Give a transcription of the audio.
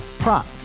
Prop